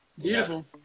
Beautiful